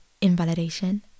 invalidation